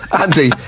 Andy